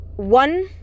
One